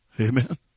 Amen